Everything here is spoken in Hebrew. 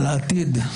העתיד.